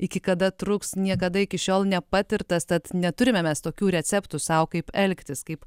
iki kada truks niekada iki šiol nepatirtas tad neturime mes tokių receptų sau kaip elgtis kaip